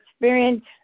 experience